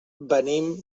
venim